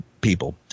People